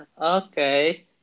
Okay